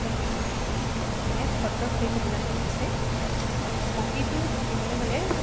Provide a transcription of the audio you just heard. তেওঁলোকে কৰে গতিকে সত্ৰত সেই সুবিধাটো আছে বাকীটো থাকিবলৈ হ'লে